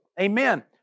Amen